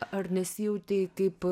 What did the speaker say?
ar nesijautei kaip